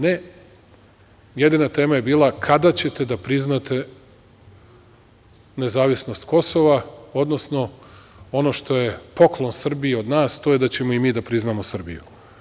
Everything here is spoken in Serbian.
Ne, jedina tema je bila – kada ćete da priznate nezavisnost Kosova, odnosno ono što je poklon Srbiji od nas, to je da ćemo i mi da priznamo Srbiju.